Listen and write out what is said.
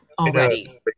already